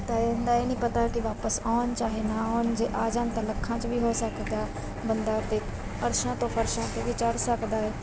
ਤਾਂ ਇਹਦਾ ਇਹ ਨਹੀਂ ਪਤਾ ਕਿ ਵਾਪਿਸ ਆਉਣ ਚਾਹੇ ਨਾ ਆਉਣ ਜੇ ਆ ਜਾਣ ਤਾਂ ਲੱਖਾਂ 'ਚ ਵੀ ਹੋ ਸਕਦਾ ਬੰਦਾ ਅਤੇ ਅਰਸ਼ਾਂ ਤੋਂ ਫਰਸ਼ਾਂ 'ਤੇ ਵੀ ਚੜ੍ਹ ਸਕਦਾ ਹੈ